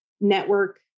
network